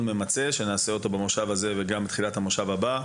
ממצה שנקיים במושב הזה וגם בתחילת המושב הבא,